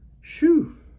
shoo